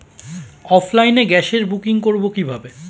অফলাইনে গ্যাসের বুকিং করব কিভাবে?